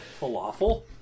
Falafel